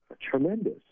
tremendous